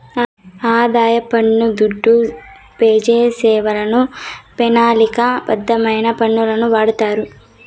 ఆదాయ పన్ను దుడ్డు పెజాసేవలకు, పెనాలిక బద్ధమైన పనులకు వాడతారు